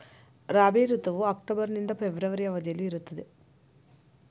ರಾಬಿ ಋತುವು ಅಕ್ಟೋಬರ್ ನಿಂದ ಫೆಬ್ರವರಿ ಅವಧಿಯಲ್ಲಿ ಇರುತ್ತದೆ